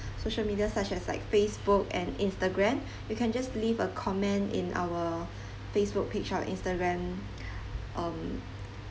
social media such as like facebook and instagram you can just leave a comment in our facebook page or instagram um